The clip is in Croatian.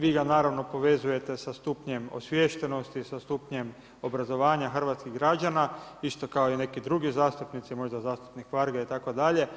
Vi ga naravno povezujete sa stupnjem osviještenosti, sa stupnjem obrazovanja hrvatskih građana isto kao i neki drugi zastupnici, možda zastupnik Varga itd.